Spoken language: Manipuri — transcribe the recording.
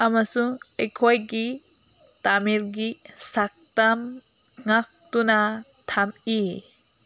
ꯑꯃꯁꯨꯡ ꯑꯩꯈꯣꯏꯒꯤ ꯇꯥꯃꯤꯜꯒꯤ ꯁꯛꯇꯝ ꯉꯥꯛꯇꯨꯅ ꯊꯝꯃꯤ